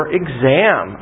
exam